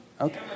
Okay